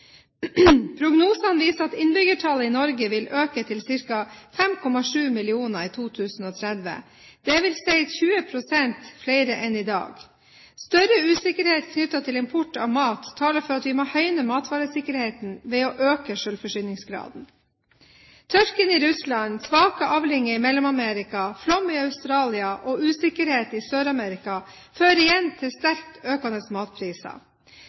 Prognosene viser at innbyggertallet i Norge vil øke til ca. 5,7 millioner i 2030, dvs. 20 pst. flere enn i dag. Større usikkerhet knyttet til import av mat taler for at vi må høyne matvaresikkerheten ved å øke selvforsyningsgraden. Tørken i Russland, svake avlinger i Mellom-Amerika, flom i Australia og usikkerhet i Sør-Amerika fører igjen til sterkt økende matpriser.